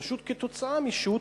פשוט כתוצאה משהותם,